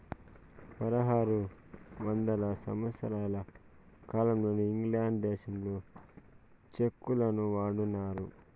పదహారు వందల సంవత్సరాల కాలంలోనే ఇంగ్లాండ్ దేశంలో చెక్కులను వాడినారు